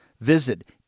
Visit